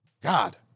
God